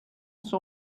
saw